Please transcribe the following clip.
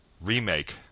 remake